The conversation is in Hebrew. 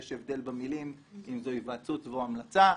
יש הבדל במילים אם זו היוועצות או המלצה.